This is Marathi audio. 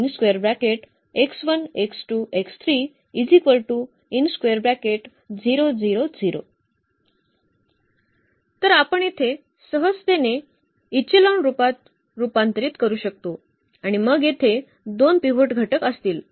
तर आपण इथे सहजतेने या एक्चेलॉन रूपात रूपांतरित करू शकतो आणि मग येथे 2 पिव्होट घटक असतील